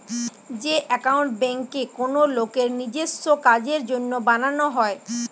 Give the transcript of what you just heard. যে একাউন্ট বেঙ্কে কোনো লোকের নিজেস্য কাজের জন্য বানানো হয়